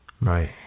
Right